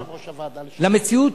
למציאות,